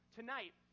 tonight